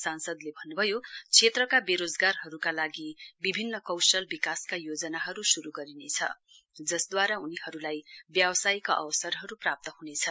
सांसदले भन्न्भयो क्षेत्रका बेरोजहरूका लागि विभिन्न कौशल विकासका योजनाहरू शुरु गरिने जसद्वारा उनीहरूलाई व्यवसायका अवसरहरू प्राप्त हनेछ